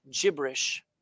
gibberish